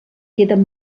queden